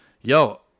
yo